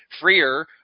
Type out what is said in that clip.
freer